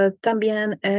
también